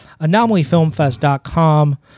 anomalyfilmfest.com